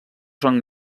són